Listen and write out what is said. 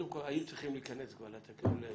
היו צריכות להיכנס כבר לתחולה,